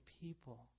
people